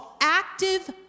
active